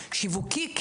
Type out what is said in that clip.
שיווקי,